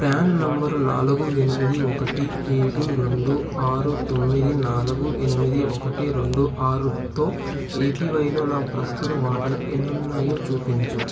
PRAN number నాలుగు ఎనిమిది ఒకటి ఏడు రెండు ఆరు తొమ్మిది నాలగు ఎనిమిది ఒకటి రెండు ఆరుత్తో ఏపివైలో నా ప్రస్తుత వాటలు ఎన్నున్నాయో చూపించు